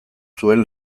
zuen